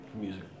music